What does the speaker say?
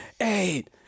eight